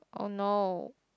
!oh no!